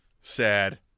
sad